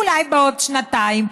אולי בעוד שנתיים,